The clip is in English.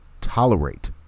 tolerate